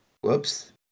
Whoops